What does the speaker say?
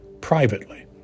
privately